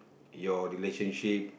your relationship